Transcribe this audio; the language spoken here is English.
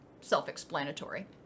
self-explanatory